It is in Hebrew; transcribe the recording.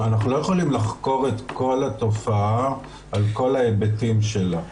אנחנו לא יכולים לחקור את כל התופעה על כל ההיבטים שלה.